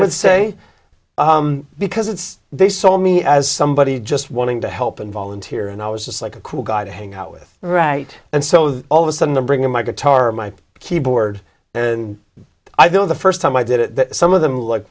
would say because it's they saw me as somebody just wanting to help and volunteer and i was just like a cool guy to hang out with right and so all of a sudden the bring in my guitar my keyboard and i though the first time i did it some of them like